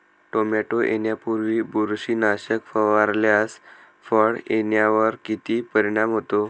Tomato येण्यापूर्वी बुरशीनाशक फवारल्यास फळ येण्यावर किती परिणाम होतो?